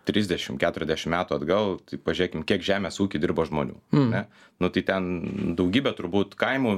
trisdešim keturiasdešim metų atgal tai pažiūrėkim kiek žemės ūkyje dirbo žmonių ne nu tai ten daugybę turbūt kaimo